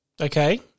Okay